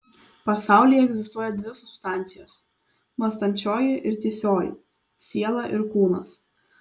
pasaulyje egzistuoja dvi substancijos mąstančioji ir tįsioji siela ir kūnas